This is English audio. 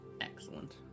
excellent